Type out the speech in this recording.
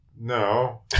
No